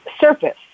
surface